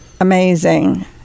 amazing